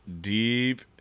deep